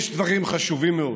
יש דברים חשובים מאוד.